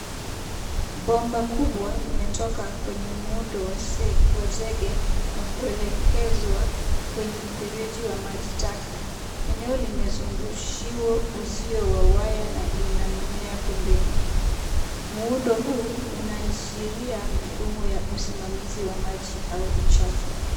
Bomba kubwa limetoka kwa muundo wa zege na kuelekezwa kwenye mfereji wa maji taka. Eneo limezungushiwa uzio wa waya na lina mimea pembeni. Muundo huu inaashiria usimamizi wa maji au uchafu.